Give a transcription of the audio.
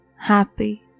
happy